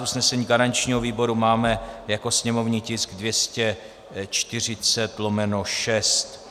Usnesení garančního výboru máme jako sněmovní tisk 240/6.